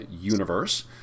universe